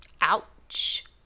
Ouch